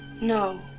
No